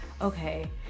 okay